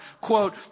Quote